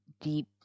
deep